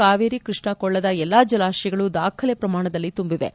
ಕಾವೇರಿ ಕೃಷ್ಣ ಕೊಳ್ಳದ ಎಲ್ಲಾ ಜಲಾಶಯಗಳು ದಾಖಲೆ ಪ್ರಮಾಣದಲ್ಲಿ ತುಂಬಿವೆ